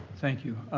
thank you.